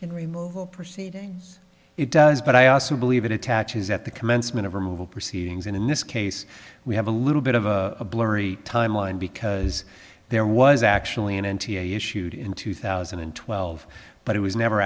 and remove all proceedings it does but i also believe it attaches at the commencement of removal proceedings and in this case we have a little bit of a blurry timeline because there was actually an n t i issued in two thousand and twelve but it was never